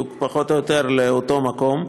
פחות או יותר לאותו מקום,